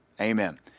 Amen